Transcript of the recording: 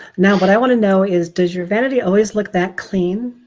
now but i want to know is does your vanity always look that clean?